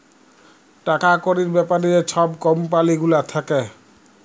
টাকা কড়ির ব্যাপারে যে ছব কম্পালি গুলা থ্যাকে